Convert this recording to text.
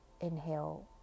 Inhale